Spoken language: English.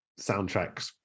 soundtracks